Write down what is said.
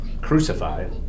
crucified